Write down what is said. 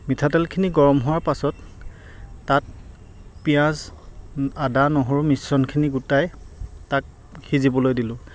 মিঠাতেলখিনি গৰম হোৱাৰ পাছত তাত পিয়াঁজ আদা নহৰু মিশ্ৰণখিনি গোটাই তাক সিজিবলৈ দিলোঁ